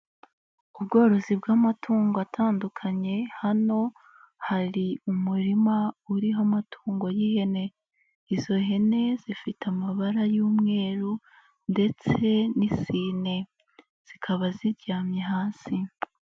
Ubworozi bw'amatungo atandukanye, hano hari umurima uriho amatungo y'ihene, izo hene zifite amabara y'umweru ndetse n'isine zikaba ziryamye hasi.